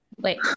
Wait